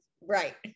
Right